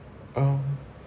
um